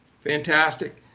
Fantastic